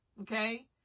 Okay